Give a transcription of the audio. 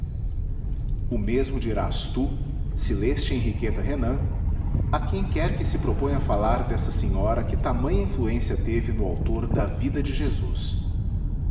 o mesmo dirás tu se leste henriqueta renan a quem quer que se proponha falar desta senhora que tamanha influência teve no autor da vida de jesus